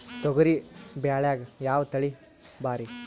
ತೊಗರಿ ಬ್ಯಾಳ್ಯಾಗ ಯಾವ ತಳಿ ಭಾರಿ?